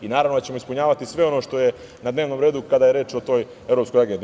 Naravno da ćemo ispunjavati sve ono što je na dnevnom redu kada je reč o toj Evropskoj agendi.